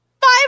five